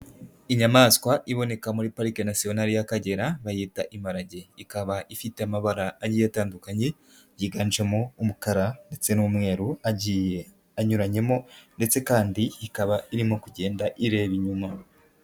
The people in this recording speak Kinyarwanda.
Inyamaswa iboneka muri parike nasionari y'akagera bayita imparage ikaba ifite amabara agiye atandukanye yiganjemo umukara ndetse n'umweru agiye anyuranyemo ndetse kandi ikaba irimo kugenda ireba inyuma.